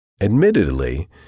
Admittedly